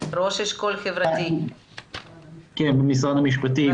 ראש אשכול חברתי במשרד המשפטים,